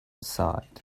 sight